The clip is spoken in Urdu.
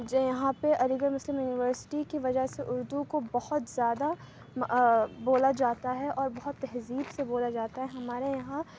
جو یہاں پہ علی گڑھ مسلم یونیورسٹی کی وجہ سے اُردو کو بہت زیادہ بولا جاتا ہے اور بہت تہذیب سے بولا جاتا ہے ہمارے یہاں